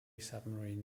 submarine